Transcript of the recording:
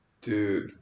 dude